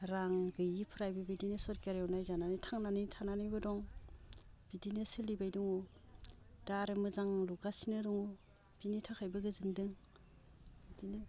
रां गैयिफ्रा बेबायदिनो सरखारियाव नायजानानै थांनानै थानानैबो दं बिदिनो सोलिबाय दङ दा आरो मोजां लुगासिनो दङ बिनि थाखायबो गोजोनदों बिदिनो